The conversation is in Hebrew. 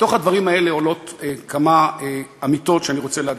מתוך הדברים האלה עולות כמה אמיתות שאני רוצה להדגיש: